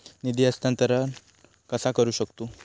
निधी हस्तांतर कसा करू शकतू?